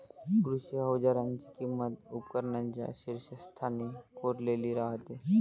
कृषी अवजारांची किंमत उपकरणांच्या शीर्षस्थानी कोरलेली राहते